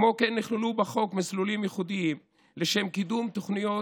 כמו כן נכללו בחוק מסלולים ייחודיים לשם קידום תוכניות